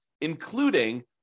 including